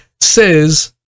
Says